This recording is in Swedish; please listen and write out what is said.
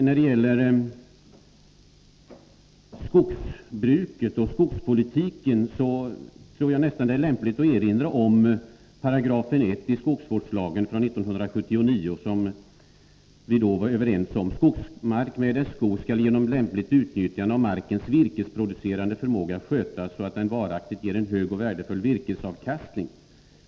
När det gäller skogsbruket och skogspolitiken tror jag nästan att det är lämpligt att erinra om 1 § i skogsvårdslagen från 1979, som vi då var överens om: ”Skogsmark med dess skog skall genom lämpligt utnyttjande av markens virkesproducerande förmåga skötas så att den varaktigt ger en hög och värdefull virkesavkastning.